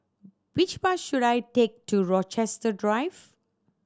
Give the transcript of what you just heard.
which bus should I take to Rochester Drive